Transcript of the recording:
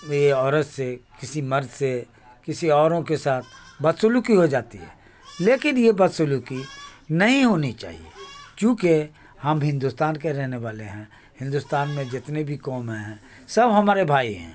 بھی عورت سے کسی مرد سے کسی اوروں کے ساتھ بدسلوکی ہو جاتی ہے لیکن یہ بدسلوکی نہیں ہونی چاہیے چونکہ ہم ہندوستان کے رہنے والے ہیں ہندوستان میں جتنے بھی قومیں ہیں سب ہمارے بھائی ہیں